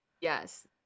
Yes